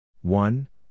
one